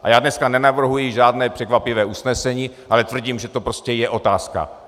A já dneska nenavrhuji žádné překvapivé usnesení, ale tvrdím, že to prostě je otázka.